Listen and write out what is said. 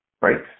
right